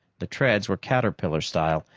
the treads were caterpillar style,